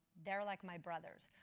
they're like my brothers.